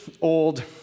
old